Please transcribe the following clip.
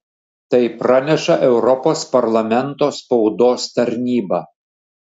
tai praneša europos parlamento spaudos tarnyba